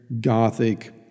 Gothic